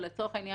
ולצורך העניין,